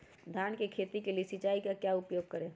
धान की खेती के लिए सिंचाई का क्या उपयोग करें?